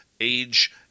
age